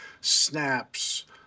snaps